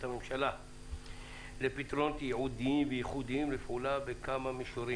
הממשלה לפתרונות ייעודיים וייחודיים ולפעולה בכמה מישורים.